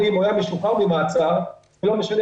גם אם הוא היה משוחרר ממעצר זה לא משנה,